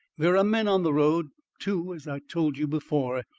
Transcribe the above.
there are men on the road two, as i told you before.